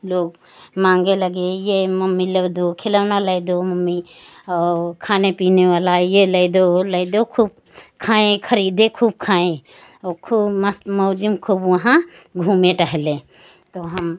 लोग मांगे लगे ये मम्मी लैय दो खिलौना लैय दो मम्मी और खाने पीने वाला ये लैय दो ओ लैय दो खूब खाएं खरीदें खूब खाएं और खूब मस्त मौजिम खूब वहाँ घूमे टहले तो हम